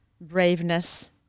braveness